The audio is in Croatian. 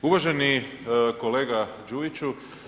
Uvaženi kolega Đujiću.